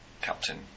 captain